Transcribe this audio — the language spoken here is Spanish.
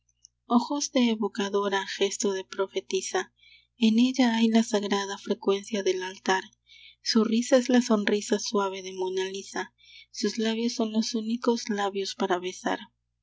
ojos de evocadora gesto de profetisa en ella hay la sagrada frecuencia del altar su risa es la sonrisa suave de monna lisa sus labios son los únicos labios para besar